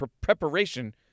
preparation